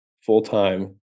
full-time